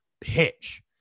pitch